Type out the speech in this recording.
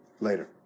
Later